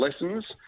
lessons